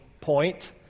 point